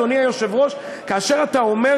אתה רואה, אדוני היושב-ראש?